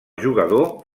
jugador